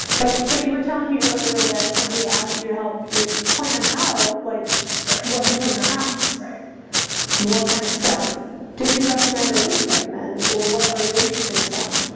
like so you were telling me earlier that somebody asked you to help you plan out like what to put in their house what kind of stuff did you recommend or would you recommend or what are you interested in selling?